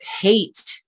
hate